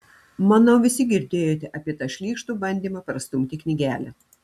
manau visi girdėjote apie tą šlykštų bandymą prastumti knygelę